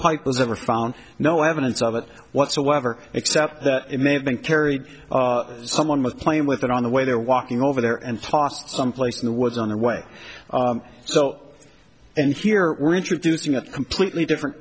pipe was ever found no evidence of it whatsoever except that it may have been carried someone was playing with it on the way they're walking over there and tossed someplace in the woods on their way so and here we're introducing a completely different